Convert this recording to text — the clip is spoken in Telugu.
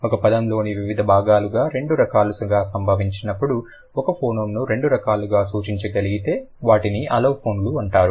ఒక పదంలోని వివిధ భాగాలలో రెండు రకాలుగా సంభవించినప్పుడు ఒక ఫోనోమ్ ని రెండు రకాలుగా సూచించగలిగితే వాటిని అలోఫోన్లు అంటారు